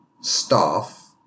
staff